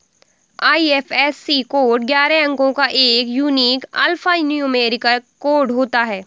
IFSC code ग्यारह अंको का एक यूनिक अल्फान्यूमैरिक कोड होता है